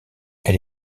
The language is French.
elle